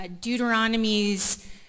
deuteronomy's